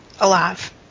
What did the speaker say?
alive